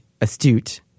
astute